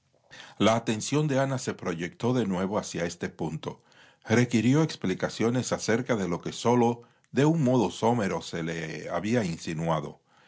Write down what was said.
la atención de ana se proyectó de nuevo hacia este punto requirió explicaciones acerca de lo que sólo de un modo somero se le había insinuado